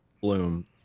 bloom